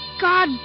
God